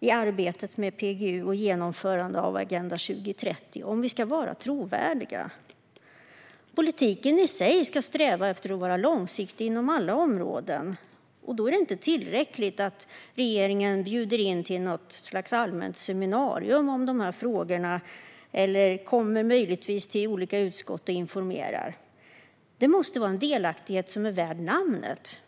i arbetet med PGU och genomförandet av Agenda 2030 om vi ska vara trovärdiga. Politiken i sig ska sträva efter att vara långsiktig inom alla områden, och då är det inte tillräckligt att regeringen bjuder in till något slags allmänt seminarium om de här frågorna eller möjligtvis kommer till olika utskott och informerar. Herr talman! Det måste vara en delaktighet som är värd namnet.